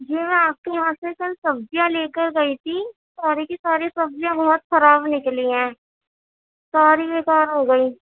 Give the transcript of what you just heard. جی میں آپ کے یہاں سے کل سبزیاں لے کر گئی تھی ساری کی ساری سبزیاں بہت خراب نکلی ہیں ساری بے کار ہو گئیں